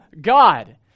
God